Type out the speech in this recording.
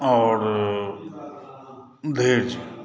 आओर धैर्य